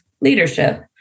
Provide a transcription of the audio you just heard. leadership